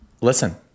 listen